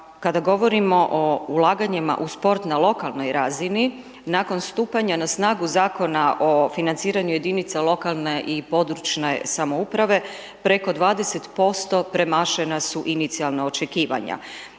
kada govorimo o ulaganjima u sport na lokalnoj razini, nakon stupanja na snagu Zakona o financiranju jedinice lokalne i područne samouprave, preko 20% premašena su inicijalna očekivanja,